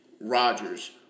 Rodgers